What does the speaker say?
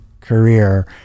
career